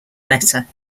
letter